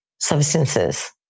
substances